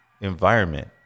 environment